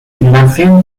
nació